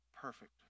Perfect